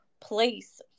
place